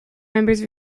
members